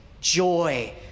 joy